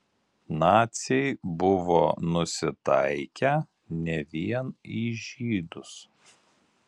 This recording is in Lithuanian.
naciai buvo nusitaikę ne vien į žydus